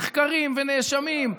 הנחקרים והנאשמים,